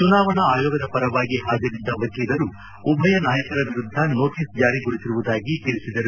ಚುನಾವಣಾ ಆಯೋಗದ ಪರವಾಗಿ ಹಾಜರಿದ್ದ ವಕೀಲರು ಉಭಯ ನಾಯಕರ ವಿರುದ್ಧ ನೋಟಸ್ ಜಾರಿಗೊಳಿಸಿರುವುದಾಗಿ ತಿಳಿಸಿದರು